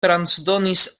transdonis